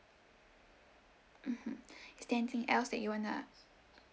mmhmm is there anything else that you wanna